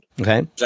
Okay